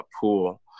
pool